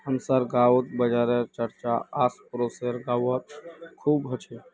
हमसार गांउत बाजारेर चर्चा आस पासेर गाउत खूब ह छेक